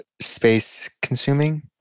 space-consuming